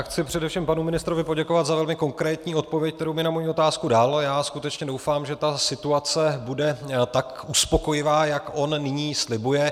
Chci především panu ministrovi poděkovat za velmi konkrétní odpověď, kterou mi na moji otázku dal, a já skutečně doufám, že situace bude tak uspokojivá, jak on nyní slibuje.